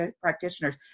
practitioners